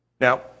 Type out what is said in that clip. Now